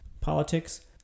politics